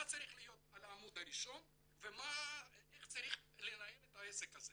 מה צריך להיות על העמוד הראשון ואיך צריך לנהל את העסק הזה.